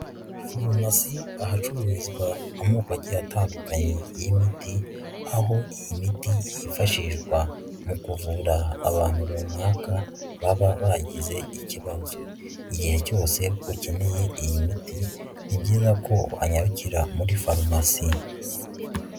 Farumasi ahacururizwa amoko agiye atandukanye y'imiti aho iyi miti yifashishwa mu kuvura abantu runaka baba bagize ikibazo, igihe cyose ukeneye iyi miti ni byiza ko wanyarukira muri farumasi.